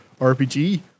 RPG